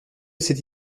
cet